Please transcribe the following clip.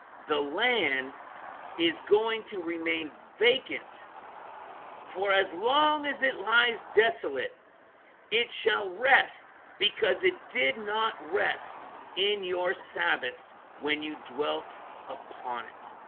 the land is going to remain vacant for as long as it lies desolate it shall rest because it did not rest in your sabbaths when you dwelt upon it